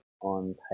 on